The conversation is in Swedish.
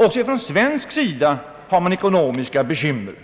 Även på svenskt håll har man ekonomiska bekymmer.